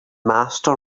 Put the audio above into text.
master